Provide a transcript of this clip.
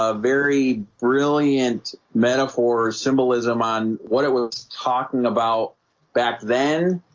ah very brilliant metaphor symbolism on what i was talking about back then